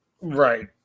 right